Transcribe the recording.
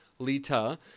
Lita